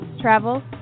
travel